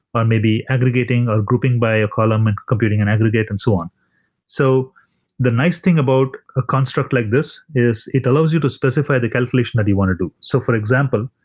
or maybe aggregating, or grouping by a column and computing an aggregate and so on so the nice thing about a construct like this is it allows you to specify the calculation that you want to do. so for example,